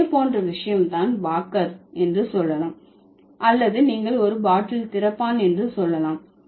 இதே போன்ற விஷயம் தான் வாக்கர் என்று சொல்லலாம் அல்லது நீங்கள் ஒரு பாட்டில் திறப்பான் என்று சொல்லலாம்